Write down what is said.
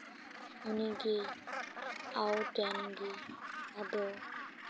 ᱩᱱᱤᱜᱮᱭ ᱟᱣᱩᱴᱮᱱ ᱜᱮ ᱟᱫᱚ